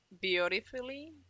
beautifully